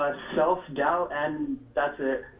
ah self doubt and that's it.